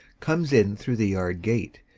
comes in through the yard gate,